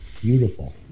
Beautiful